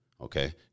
Okay